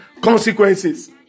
consequences